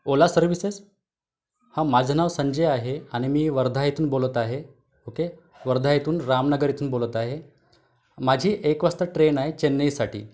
ओला services हां माझं नाव संजय आहे आणि मी वर्धा येथून बोलत आहे ओके वर्धा येथून रामनगर येथून बोलत आहे माझी एक वाजता ट्रेन आहे चेन्नईसाठी